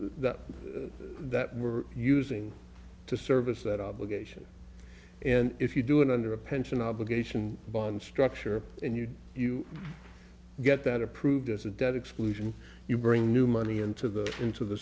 that we're using to service that obligation and if you do it under a pension obligation bond structure and you you get that approved as a debt exclusion you bring new money into the into the